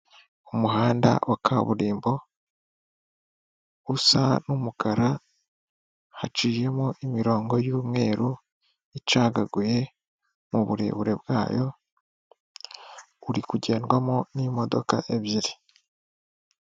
Umuhanda wa kaburimbo usa n'umukara haciyemo imirongo y'umweru, icagaguye mu burebure bwayo urikugendwamo n'imodoka ebyiri.